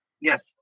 Yes